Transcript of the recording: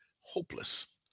hopeless